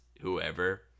whoever